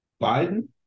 Biden